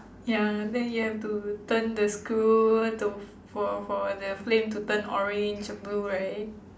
ya than you have to turn the screw to f~ for for the flame to turn orange blue right